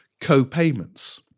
co-payments